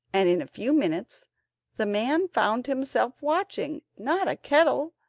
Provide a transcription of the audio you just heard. and in a few minutes the man found himself watching, not a kettle,